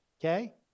okay